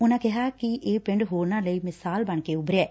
ਉਨਾਂ ਨੇ ਕਿਹਾ ਕਿ ਇਹ ਪਿੰਡ ਹੋਰਨਾ ਲਈ ਮਿਸਾਲ ਬਣ ਕੇ ਉਭਰਿਐ